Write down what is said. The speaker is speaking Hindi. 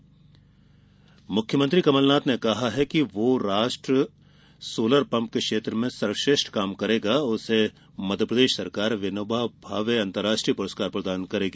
सीएम शिलान्यास मुख्यमंत्री कमलनाथ ने कहा है कि जो राष्ट्र सोलर पंप के क्षेत्र में सर्वश्रेष्ठ काम करेगा उसे मध्यप्रदेश सरकार विनोबा भावे अंतरराष्ट्रीय पुरस्कार प्रदान करेंगी